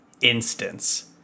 Instance